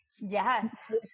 Yes